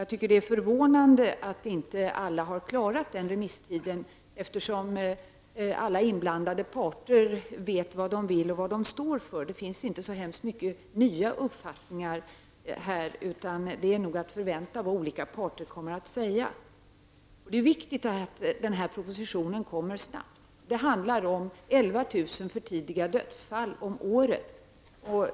Jag tycker att det är förvånande att inte alla har klarat av att svara inom den tiden, eftersom alla inblandade parter vet vad de vill och vad de står för; det finns inte så många nya uppfattningar här, utan vad olika parter kommer att säga är nog väntat. Det är viktigt att den här propositionen kommer snabbt. Det handlar om 11 000 för tidiga dödsfall om året.